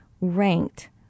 ranked